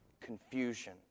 confusion